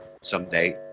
someday